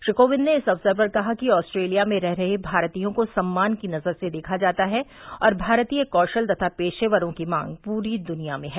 श्री कोविंद ने इस अवसर पर कहा कि ऑस्ट्रेलिया में रह रहे भारतीयों को सम्मान की नजर से देखा जाता है और भारतीय कौशल तथा पेशेकरों की मांग पूरी दुनिया में है